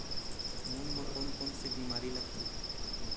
मूंग म कोन कोन से बीमारी लगथे?